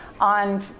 on